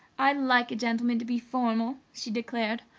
i like a gentleman to be formal! she declared.